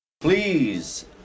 Please